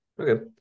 Okay